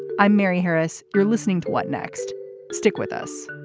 i'm mary harris. you're listening to what next stick with us